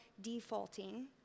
defaulting